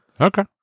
Okay